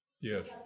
Yes